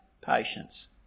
patience